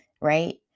Right